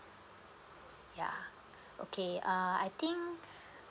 yeah okay uh I think